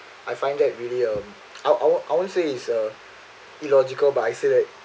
I find that really um I I I won't say it's uh illogical but I feel like